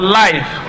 life